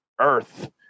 Earth